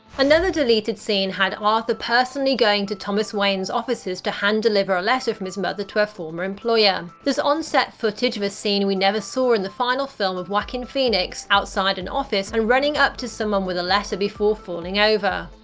another deleted scene had arthur personally going to thomas wayne's offices to hand-deliver a letter from his mother to her former employer. there's on-set footage of a scene we never saw in the final film joaquin phoenix outside an office and running up to someone with a letter before falling over.